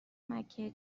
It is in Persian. مکه